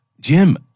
Jim